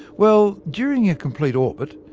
well, during a complete orbit,